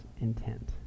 intent